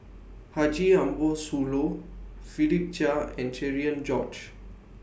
Haji Ambo Sooloh Philip Chia and Cherian George